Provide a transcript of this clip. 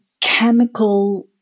chemical